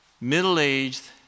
middle-aged